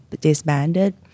disbanded